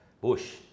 bush